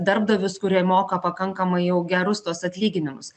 darbdavius kurie moka pakankamai jau gerus tuos atlyginimus